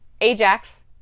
Ajax